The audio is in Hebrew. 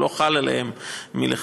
הוא לא חל עליהן מלכתחילה.